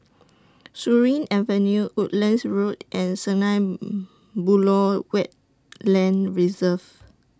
Surin Avenue Woodlands Road and Sunlight Buloh Wetland Reserve